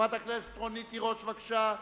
חברת הכנסת רונית תירוש, בבקשה.